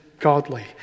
godly